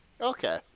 Okay